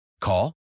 call